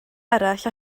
arall